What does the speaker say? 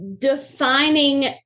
defining